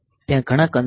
ત્યાં ઘણા કન્સર્ન છે